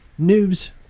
Noobs